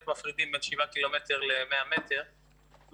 מפרידים בין 7 קילומטרים ל-100 מטרים,